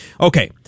Okay